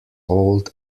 old